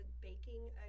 baking